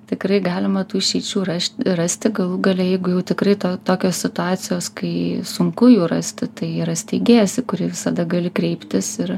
tikrai galima tų išeičių rasti rasti galų gale jeigu jau tikrai to tokios situacijos kai sunku jų rasti tai yra steigėjas į kurį visada gali kreiptis ir